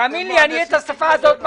תאמין לי, אני מכיר את השפה הזאת.